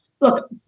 Look